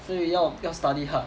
所以要要 study hard